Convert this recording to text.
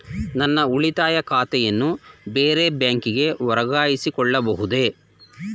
ನನ್ನ ಉಳಿತಾಯ ಖಾತೆಯನ್ನು ಬೇರೆ ಬ್ಯಾಂಕಿಗೆ ವರ್ಗಾಯಿಸಿಕೊಳ್ಳಬಹುದೇ?